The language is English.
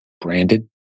branded